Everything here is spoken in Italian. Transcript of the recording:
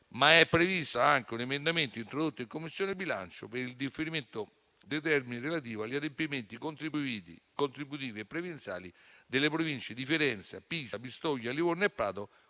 È previsto anche un emendamento, introdotto in Commissione bilancio, per il differimento dei termini relativi agli adempimenti contributivi e previdenziali delle province di Firenze, Pisa, Pistoia, Livorno e Prato